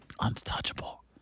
untouchable